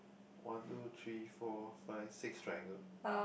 one two three four five six triangle